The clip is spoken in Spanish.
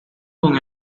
con